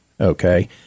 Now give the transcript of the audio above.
Okay